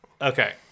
Okay